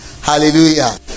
hallelujah